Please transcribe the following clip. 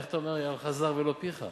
איך אתה אומר "יהללך זר ולא פיך"?